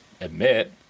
admit